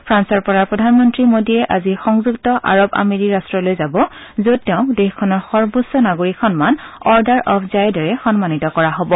ফ্ৰান্সৰ পৰা প্ৰধানমন্তী মোদীয়ে আজি সংযুক্ত আৰব আমিৰি ৰাষ্টলৈ যাব যত তেওঁক দেশখনৰ সৰ্বোচ্চ নাগৰিক সম্মান অৰ্ডাৰ অৱ জায়েদেৰে সম্মানিত কৰা হ'ব